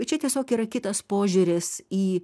bet čia tiesiog yra kitas požiūris į